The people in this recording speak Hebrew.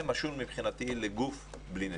זה משול מבחינתי לגוף בלי נשמה.